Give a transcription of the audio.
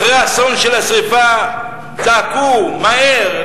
אחרי האסון של השרפה צעקו: מהר,